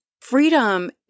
Freedom